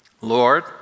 Lord